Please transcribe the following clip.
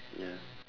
ya